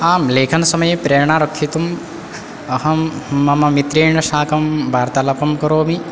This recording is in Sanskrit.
आं लेखनसमये प्रेरणा रक्षितुम् अहं मम मित्रेण साकं वार्तालापं करोमि